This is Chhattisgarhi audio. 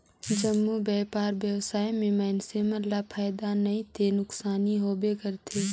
जम्मो बयपार बेवसाय में मइनसे मन ल फायदा नइ ते नुकसानी होबे करथे